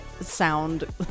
sound